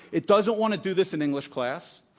it doesn't want to do this in english class,